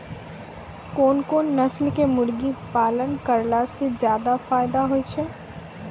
कोन कोन नस्ल के मुर्गी पालन करला से ज्यादा फायदा होय छै?